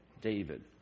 David